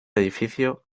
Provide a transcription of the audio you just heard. edificio